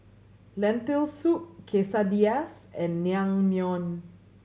Lentil Soup Quesadillas and Naengmyeon